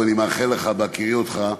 ואני מאחל לך, בהכירי אותך,